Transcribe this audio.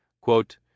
quote